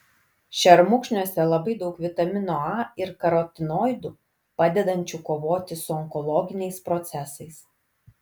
šermukšniuose labai daug vitamino a ir karotinoidų padedančių kovoti su onkologiniais procesais